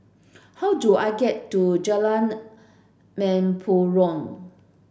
how do I get to Jalan Mempurong